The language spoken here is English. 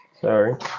Sorry